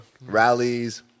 Rallies